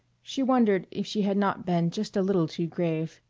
she wondered if she had not been just a little too grave.